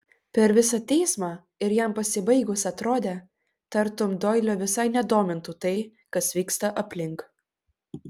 per visą teismą ir jam pasibaigus atrodė tartum doilio visai nedomintų tai kas vyksta aplink